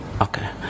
Okay